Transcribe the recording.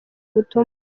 ubutumwa